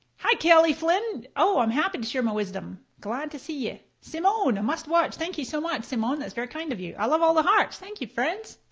hi kelly flynn! oh i'm happy to share my wisdom, glad to see you. simone, a must watch, thank you so much simone, that's very kind of you. i love all the hearts, thank you friends!